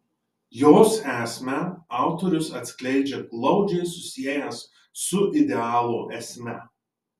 jos esmę autorius atskleidžia glaudžiai susiejęs su idealo esme